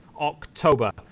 October